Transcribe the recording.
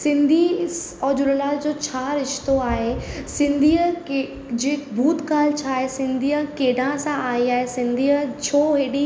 सिंधी और झूलेलाल जो छा रिश्तो आहे सिंधीअ के जे भूतकाल छा आहे सिंधीअ केॾा असां आहियासीं सिंधीअ छो हेॾी